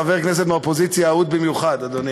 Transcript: שינוי הרכב מועצת ההנדסה והאדריכלות),